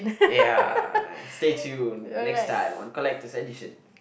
ya stay tune next time on collector's edition